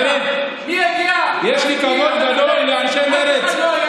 באמת, אני אשמה בזה,